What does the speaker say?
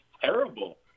terrible